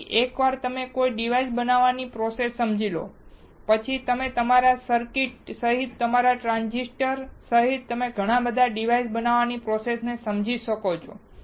તેથી એકવાર તમે કોઈ ડિવાઇસ બનાવવાની પ્રોસેસને સમજી લો પછી તમે તમારા સર્કિટ્સ સહિત તમારા ટ્રાંઝિસ્ટર સહિત ઘણા બધા ડિવાઇસને બનાવવાની પ્રોસેસને સમજી શકો છો